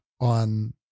on